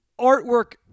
artwork